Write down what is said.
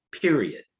period